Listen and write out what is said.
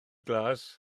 glas